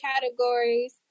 categories